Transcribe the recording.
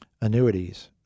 annuities